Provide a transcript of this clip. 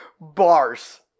Bars